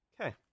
Okay